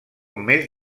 més